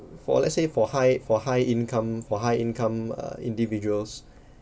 for let's say for high for high income for high income uh individuals